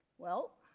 well